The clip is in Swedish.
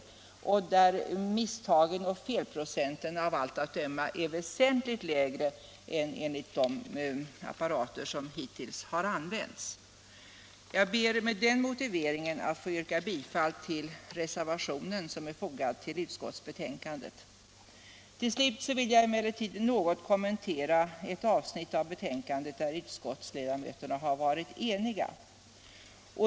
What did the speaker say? Vid användning av denna apparat är felprocenten av allt att döma väsentligt lägre än vid användning av de apparater vi nu har. Jag ber med den motiveringen att få yrka bifall till den reservation som fogats till utskottets betänkande. Till slut vill jag kommentera ett avsnitt av utskottsbetänkandet, om vilket utskottsledamöterna varit eniga.